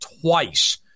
twice